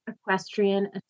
Equestrian